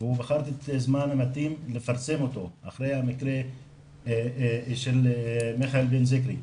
והוא בחר את הזמן המתאים לפרסם אותו אחרי המקרה של מיכאל בן זקרי.